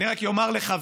אני רק אומר לחבריי